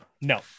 No